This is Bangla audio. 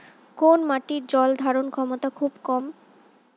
কোন মাটির জল ধারণ ক্ষমতা খুব কম?